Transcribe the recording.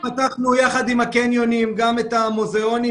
אנחנו פתחנו יחד עם הקניונים גם את המוזיאונים.